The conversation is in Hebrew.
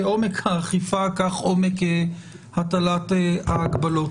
כעומק האכיפה, כך עומק הטלת ההגבלות.